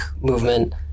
movement